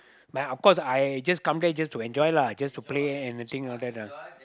but of course I just come back just to enjoy lah just to play and the thing and all that lah